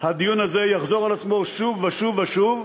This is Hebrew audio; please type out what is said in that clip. הדיון הזה יחזור על עצמו שוב ושוב ושוב,